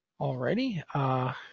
Alrighty